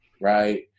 right